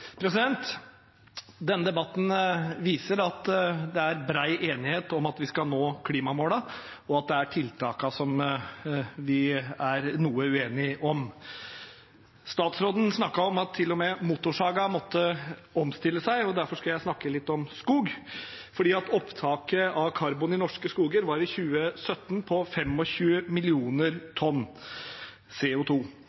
vern. Denne debatten viser at det er bred enighet om at vi skal nå klimamålene, men at vi er noe uenige om tiltakene. Statsråden snakket om at til og med motorsaga må omstille seg, derfor skal jeg snakke litt om skog. Opptaket av karbon i norske skoger var i 2017 på